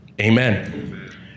Amen